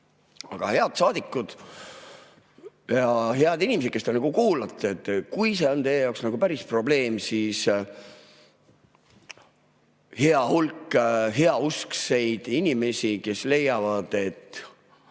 Aga head saadikud ja head inimesed, kes te kuulate ja kui see on teie jaoks päris probleem! On hea hulk heauskseid inimesi, kes leiavad, et